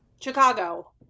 Chicago